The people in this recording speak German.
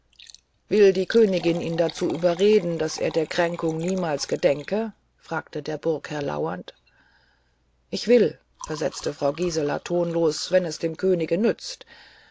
will die königin ihn dazu überreden daß er der kränkung niemals gedenke fragte der burgherr lauernd ich will versetzte frau gisela tonlos wenn es dem könige nützt